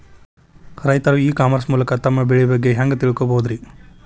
ರೈತರು e commerce ಮೂಲಕ ತಮ್ಮ ಬೆಳಿ ಬಗ್ಗೆ ಹ್ಯಾಂಗ ತಿಳ್ಕೊಬಹುದ್ರೇ?